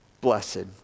blessed